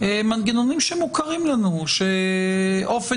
התהליך גילינו שמספיק ארבעה-חמישה